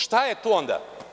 Šta je to onda?